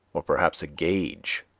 or perhaps a gauge,